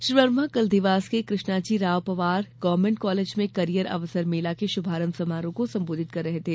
श्री वर्मा कल देवास के Krishnaji Rao Pawar government college में कॅरियर अवसर मेला के शुभारंभ समारोह को संबोधित कर रहे थे